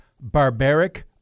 barbaric